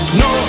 no